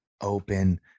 open